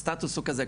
הסטטוס הוא כזה,